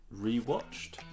rewatched